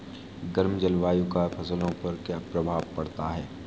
गर्म जलवायु का फसलों पर क्या प्रभाव पड़ता है?